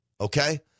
okay